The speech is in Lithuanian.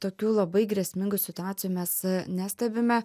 tokių labai grėsmingų situacijų mes nestebime